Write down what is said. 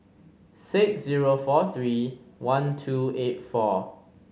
six zero four three one two eight four